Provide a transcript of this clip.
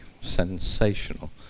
sensational